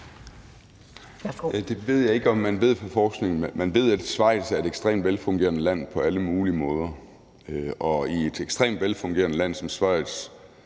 Det ved jeg ikke om man ved fra forskningen. Man ved, at Schweiz er et ekstremt velfungerende land på alle mulige måder, og i et ekstremt velfungerende land som Schweiz